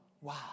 Wow